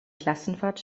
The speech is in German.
klassenfahrt